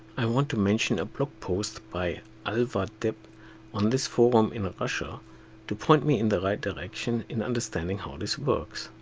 i want to mention a blog post by alvadep on this forum in russia to point me in the right direction in understanding how this works.